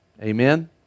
Amen